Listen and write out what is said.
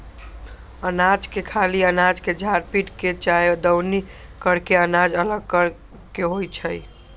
अनाज के खाली अनाज के झार पीट के चाहे दउनी क के अनाज अलग करे के होइ छइ